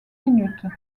minutes